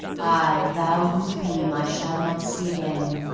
i thou whose beam i shall not see again,